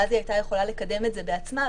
ואז היא הייתה יכולה לקדם את זה בעצמה,